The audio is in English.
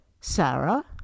Sarah